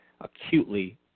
acutely